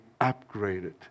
upgraded